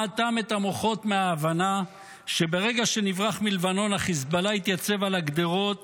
מה אטם את המוחות מההבנה שברגע שנברח מלבנון חיזבאללה יתייצב על הגדרות